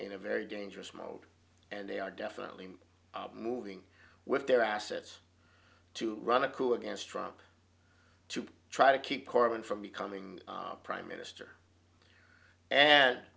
in a very dangerous mode and they are definitely moving with their assets to run a coup against trump to try to keep corben from becoming prime minister and